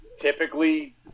typically